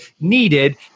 needed